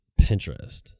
Pinterest